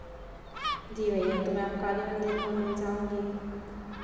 जी भैया तो मैं अब काली मन्दिर के वहाँ जाउंगी